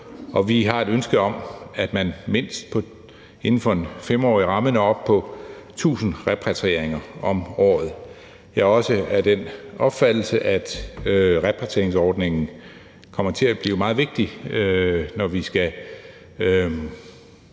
vi har et ønske om, at man inden for en 5-årig ramme når op på mindst 1.000 repatrieringer om året. Jeg er også af den opfattelse, at repatrieringsordningen kommer til at blive meget vigtig, når vi skal